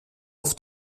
auf